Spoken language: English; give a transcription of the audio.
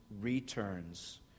returns